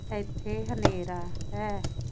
ਇੱਥੇ ਹਨੇਰਾ ਹੈ